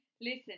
Listen